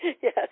yes